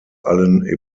allen